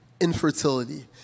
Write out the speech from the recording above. infertility